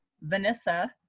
Vanessa